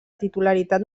titularitat